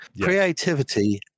Creativity